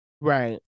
Right